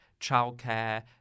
childcare